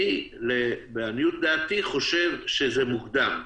לעניות דעתי, אני חושב שזה מוקדם.